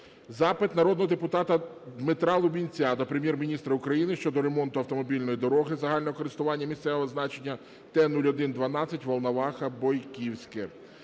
Запит народного депутата Дмитра Лубінця до Прем'єр-міністра України щодо ремонту автомобільної дороги загального користування місцевого значення Т-05-12 Волноваха - Бойківське.